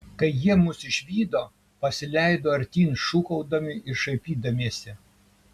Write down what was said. kai jie mus išvydo pasileido artyn šūkaudami ir šaipydamiesi